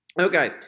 Okay